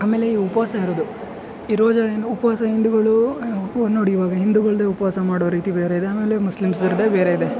ಆಮೇಲೆ ಈ ಉಪವಾಸ ಇರೋದು ಈ ರೋಜಾ ಏನು ಉಪವಾಸ ಹಿಂದೂಗಳು ಓ ನೋಡಿ ಇವಾಗ ಹಿಂದೂಗಳ್ದೇ ಉಪವಾಸ ಮಾಡೋ ರೀತಿ ಬೇರೆಯಿದೆ ಆಮೇಲೆ ಮುಸ್ಲಿಂಸರದೇ ಬೇರೆಯಿದೆ